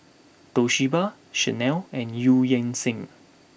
Toshiba Chanel and Eu Yan Sang